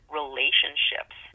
relationships